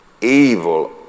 evil